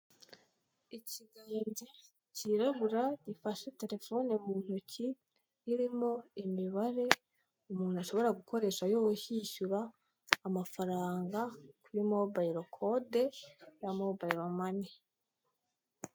Ikiganza cyirabura gifashe terefone mu ntoki irimo imibare umuntu ashobora gukoresha yishyura amafaranga kuri mobayiro kode na mobayiro mani.